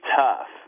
tough